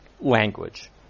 language